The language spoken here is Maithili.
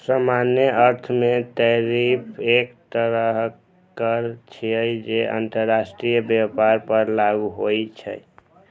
सामान्य अर्थ मे टैरिफ एक तरहक कर छियै, जे अंतरराष्ट्रीय व्यापार पर लागू होइ छै